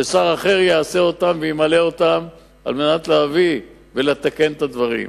ששר אחר יעשה כל אחד מהנושאים שאני אמנה עכשיו על מנת לתקן את הדברים.